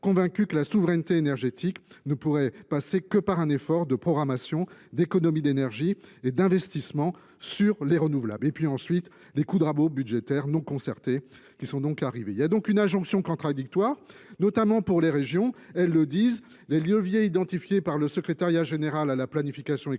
convaincues que la souveraineté énergétique ne pourrait passer que par un effort de programmation, d’économies d’énergie et d’investissements dans les renouvelables ; enfin, sur les coups de rabot budgétaires non concertés. Il s’agit donc bien d’une injonction contradictoire pour les régions : toutes soulignent que les leviers identifiés par le secrétariat général à la planification écologique